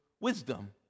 wisdom